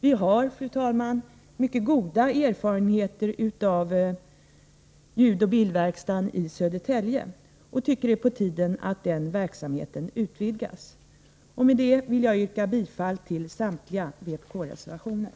Vi har, fru talman, mycket goda erfarenheter av ljudoch bildverkstaden i Södertälje, och vi tycker att det är på tiden att verksamheten utvidgas. Med detta, fru talman, vill jag yrka bifall till samtliga vpk-reservationer.